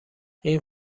این